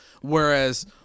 Whereas